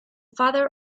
father